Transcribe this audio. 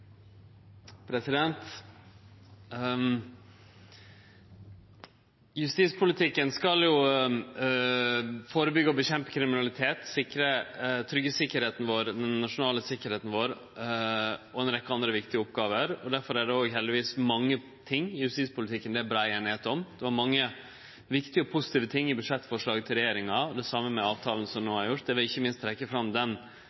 omme. Justispolitikken skal førebyggje og kjempe mot kriminalitet, tryggje den nasjonale sikkerheita vår og ei rekkje andre viktige oppgåver, og derfor er det òg heldigvis mange ting i justispolitikken det er brei einigheit om. Det var mange viktige og positive ting i budsjettforslaget til regjeringa og det same i avtalen som no er gjort. Eg vil ikkje minst trekkje fram den